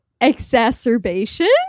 Exacerbation